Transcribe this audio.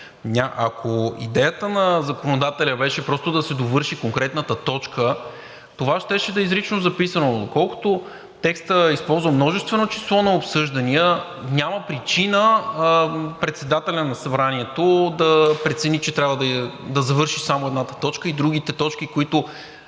Ако идеята на законодателя беше просто да се довърши конкретната точка, това щеше да е изрично записано. Но доколкото текстът използва множествено число – „обсъждания“, няма причина председателят на Събранието да прецени, че трябва да завърши само едната точка и другите, които